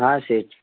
हा सेठ